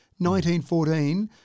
1914